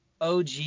OG